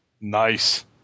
Nice